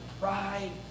pride